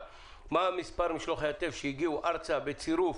מה מספר משלוחי הטף שהגיעו ארצה בצירוף